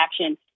action